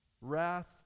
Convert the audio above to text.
wrath